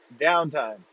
downtime